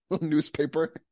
newspaper